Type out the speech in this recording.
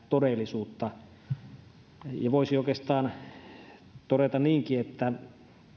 todellisuutta voisi oikeastaan todeta niinkin että